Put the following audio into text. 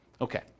Okay